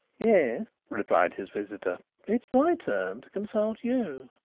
yes, replied his visitor it is my turn to consult you.